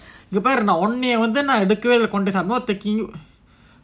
இங்கபாருஉன்னையவந்துநான்எடுக்கவேஇல்லநான்:inka paaru unnaya vandhu naan edukkave illa naan I am not like you